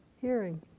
hearing